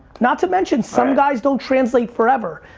not to mention some guys don't translate forever.